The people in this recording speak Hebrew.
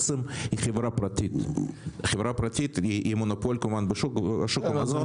מדובר בחברה פרטית שהיא מונופול בשוק המזון,